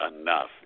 enough